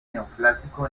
neoclásico